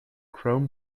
chrome